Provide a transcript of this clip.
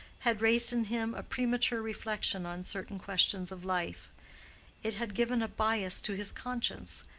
had raised in him a premature reflection on certain questions of life it had given a bias to his conscience,